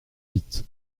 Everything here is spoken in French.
vite